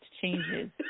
changes